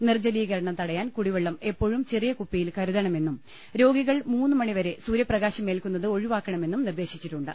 നിർജലീകരണം തടയാൻ കുടിവെള്ളം എപ്പോഴും ചെറിയ കുപ്പിയിൽ കരുതണമെന്നും രോഗികൾ മൂന്ന് മണിവരെ സൂര്യപ്ര കാശം ഏൽക്കുന്നത് ഒഴിവാക്കണമെന്നും നിർദേശിച്ചിട്ടുണ്ട്